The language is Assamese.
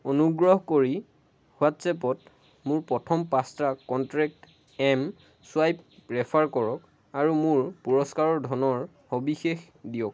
অনুগ্ৰহ কৰি হোৱাট্ছএপত মোৰ প্ৰথম পাঁচটা কণ্টেক্ট এমছুৱাইপ ৰেফাৰ কৰক আৰু মোৰ পুৰস্কাৰৰ ধনৰ সবিশেষ দিয়ক